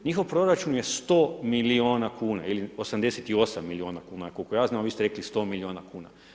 Njihov proračun je 100 milijuna kuna ili 88 milijuna kuna koliko ja znam, vi ste rekli 100 milijuna kuna.